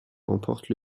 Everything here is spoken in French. remporte